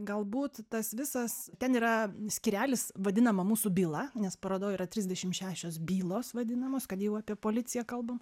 galbūt tas visas ten yra skyrelis vadinama mūsų byla nes parodoj yra trisdešim šešios bylos vadinamos kad jau apie policiją kalbam